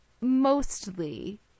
mostly